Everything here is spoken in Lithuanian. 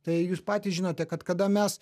tai jūs patys žinote kad kada mes